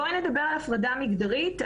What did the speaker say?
בואי נדבר על הפרדה מגדרית.